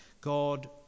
God